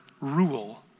rule